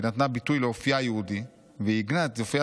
היא נתנה ביטוי לאופייה היהודי ועיגנה את אופייה